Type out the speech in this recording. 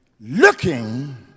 looking